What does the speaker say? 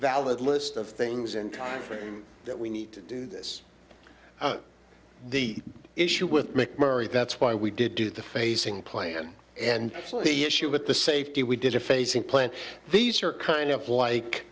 valid list of things in timeframe that we need to do this the issue with mcmurray that's why we did do the facing plan and actually issue with the safety we did a facing plant these are kind of like